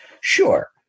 sure